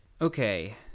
Okay